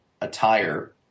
attire